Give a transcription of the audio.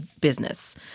business